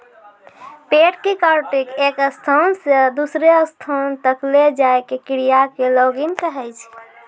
पेड़ कॅ काटिकॅ एक स्थान स दूसरो स्थान तक लै जाय के क्रिया कॅ लॉगिंग कहै छै